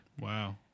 Wow